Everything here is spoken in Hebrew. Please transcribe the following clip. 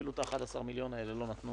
אפילו את ה-11 מיליון האלה לא נתנו